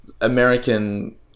American